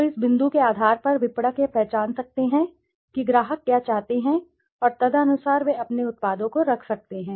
तो इस बिंदु के आधार पर विपणक यह पहचान सकते हैं कि ग्राहक क्या चाहते हैं और तदनुसार वे अपने उत्पादों को रख सकते हैं